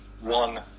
one